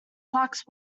plucked